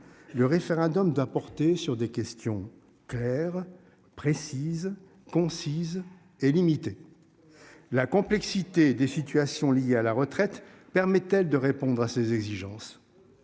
Le référendum d'apporter sur des questions claires précise concise et limiter. La complexité des situations liées à la retraite permettait de répondre à ces exigences.